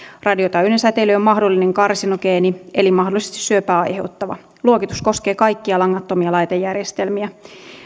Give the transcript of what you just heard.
radiotaajuinen säteily on mahdollinen karsinogeeni eli mahdollisesti syöpää aiheuttava luokitus koskee kaikkia langattomia laitejärjestelmiä